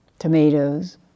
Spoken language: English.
tomatoes